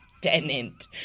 Tenant